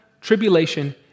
tribulation